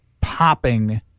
popping